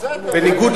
בסדר,